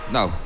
Nou